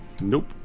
Nope